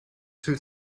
too